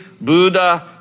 Buddha